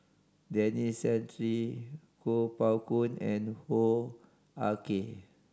Denis Santry Kuo Pao Kun and Hoo Ah Kay